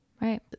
Right